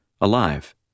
alive